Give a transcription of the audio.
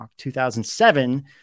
2007